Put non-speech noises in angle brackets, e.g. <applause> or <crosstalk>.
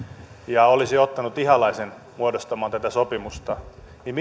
ja olisi ottanut ihalaisen muodostamaan tätä sopimusta niin <unintelligible>